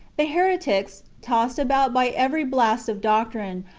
the heretics, tossed about by every blast of doctrine,